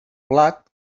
blat